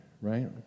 right